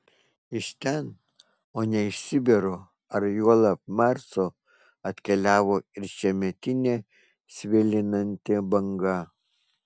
iš ten o ne iš sibiro ar juolab marso atkeliavo ir šiemetinė svilinanti banga